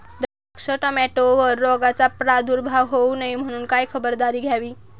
द्राक्ष, टोमॅटोवर रोगाचा प्रादुर्भाव होऊ नये म्हणून काय खबरदारी घ्यावी?